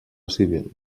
civil